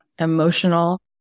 emotional